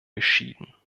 beschieden